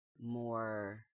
more